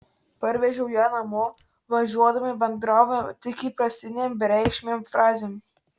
parvežiau ją namo važiuodami bendravome tik įprastinėm bereikšmėm frazėm